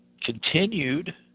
continued